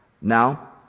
now